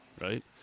right